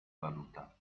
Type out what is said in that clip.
valuta